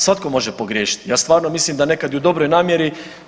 Svatko može pogriješiti ja stvarno mislim da nekada i u dobroj namjeri.